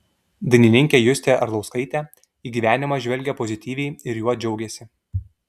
dainininkė justė arlauskaitė į gyvenimą žvelgia pozityviai ir juo džiaugiasi